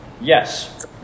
Yes